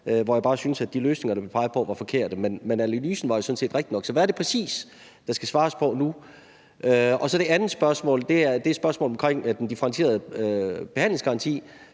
hvor jeg bare syntes, at de løsninger, der blev peget på, var forkerte. Men analysen var jo sådan set rigtig nok. Så hvad er det præcis, der skal svares på nu? Det andet spørgsmål er spørgsmålet omkring den differentierede behandlingsgaranti.